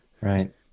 Right